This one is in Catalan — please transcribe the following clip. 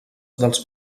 dels